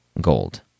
gold